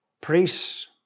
priests